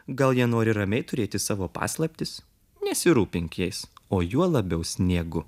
gal jie nori ramiai turėti savo paslaptis nesirūpink jais o juo labiau sniegu